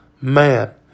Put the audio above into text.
man